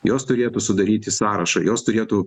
jos turėtų sudaryti sąrašą jos turėtų